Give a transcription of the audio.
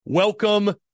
Welcome